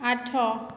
ଆଠ